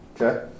Okay